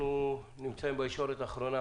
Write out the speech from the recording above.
אנחנו נמצאים בישורת האחרונה